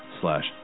slash